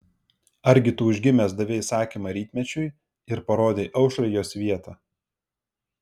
argi tu užgimęs davei įsakymą rytmečiui ir parodei aušrai jos vietą